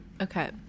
Okay